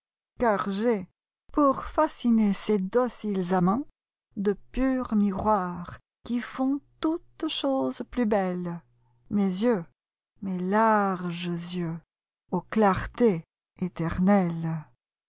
car j'ai pour fasciner ces dociles amants de purs miroirs qui font toutes choses plus belles mes yeux mes larges yeux aux clartés éternellesi